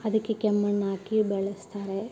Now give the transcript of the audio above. ಅದಕ್ಕೆ ಕೆಮ್ಮಣ್ಣು ಹಾಕಿ ಬೆಳೆಸ್ತಾರೆ